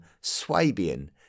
Swabian